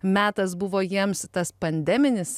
metas buvo jiems tas pandeminis